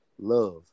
love